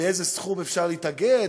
מאיזה סכום אפשר להתאגד,